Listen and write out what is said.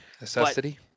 Necessity